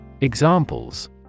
Examples